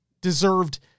deserved